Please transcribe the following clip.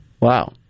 Wow